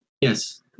Yes